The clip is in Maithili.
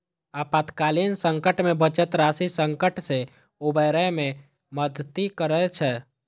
आपातकालीन संकट मे बचत राशि संकट सं उबरै मे मदति करै छै